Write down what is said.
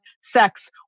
sex